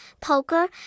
Poker